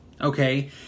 Okay